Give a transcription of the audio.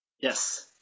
Yes